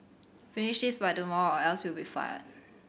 finish this by tomorrow or else you'll be fired